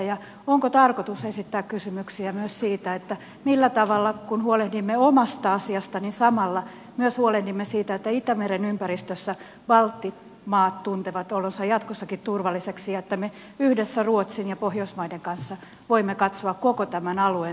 ja onko tarkoitus esittää kysymyksiä myös siitä millä tavalla kun huolehdimme omasta asiasta samalla myös huolehdimme siitä että itämeren ympäristössä baltian maat tuntevat olonsa jatkossakin turvalliseksi ja että me yhdessä ruotsin ja muiden pohjoismaiden kanssa voimme katsoa koko tämän alueen turvallisuutta